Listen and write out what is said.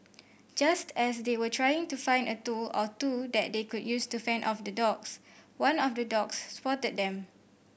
just as they were trying to find a tool or two that they could use to fend off the dogs one of the dogs spotted them